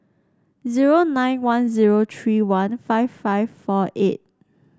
zero nine one zero tree one five five four eight